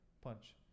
punch